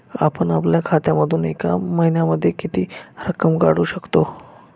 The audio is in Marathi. आपण आपल्या खात्यामधून एका महिन्यामधे किती रक्कम काढू शकतो?